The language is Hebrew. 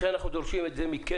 לכן אנחנו דורשים את זה מכם,